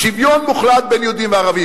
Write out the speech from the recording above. שוויון מוחלט בין יהודים וערבים.